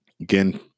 Again